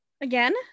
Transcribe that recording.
again